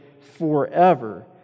forever